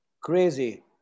Crazy